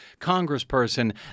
congressperson